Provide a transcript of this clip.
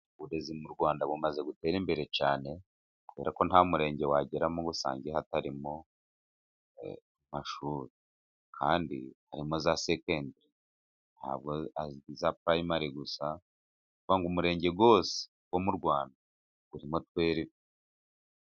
Uburezi mu Rwanda bumaze gutera imbere cyane, kubera ko nta murenge wageramo ngo usange hatarimo amashuri. Kandi harimo na za sekendari, ntabwo za purayimari gusa, nukuvuga ngo umurenge wose wo mu Rwanda, urimo buririmo twerive.